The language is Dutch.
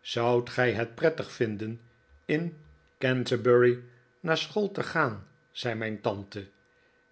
zoudt gij het prettig vinden in canterbury naar school te gaan zei mijn tante